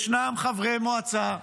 ישנם חברי מועצה,